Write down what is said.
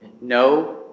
No